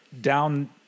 down